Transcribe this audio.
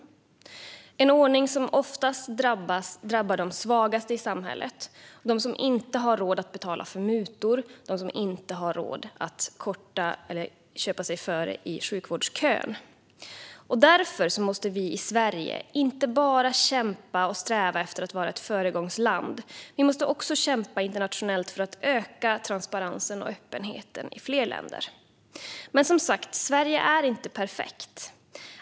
Det är en ordning som ofta drabbar de svagaste i samhället, de som inte har råd att betala för mutor eller köpa sig före i sjukvårdskön. Därför måste vi i Sverige inte bara kämpa och sträva efter att vara ett föregångsland, utan vi måste också kämpa internationellt för ökad transparens och öppenhet i fler länder. Sverige är som sagt inte perfekt.